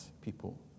people